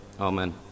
Amen